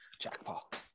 Jackpot